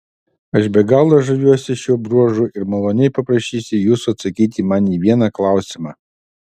aš be galo žaviuosi šiuo bruožu ir maloniai paprašysiu jūsų atsakyti man į vieną klausimą